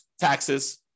taxes